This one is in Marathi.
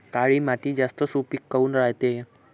काळी माती जास्त सुपीक काऊन रायते?